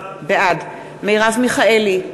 בעד מרב מיכאלי,